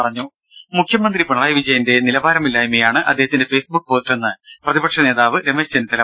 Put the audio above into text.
ടെട മുഖ്യമന്ത്രി പിണറായി വിജയന്റെ നിലവാരമില്ലായ്മയാണ് അദ്ദേഹത്തിന്റെ ഫേസ്ബുക്ക് പോസ്റ്റെന്ന് പ്രതിപക്ഷ നേതാവ് രമേശ് ചെന്നിത്തല പറഞ്ഞു